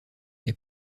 est